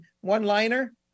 one-liner